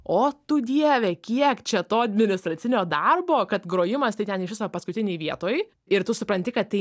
o tu dieve kiek čia to administracinio darbo kad grojimas tai ten iš viso paskutinėj vietoj ir tu supranti kad tai